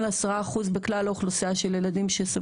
מאיר בינג מנכ"ל המשרד לשוויון חברתי ד"ר שירין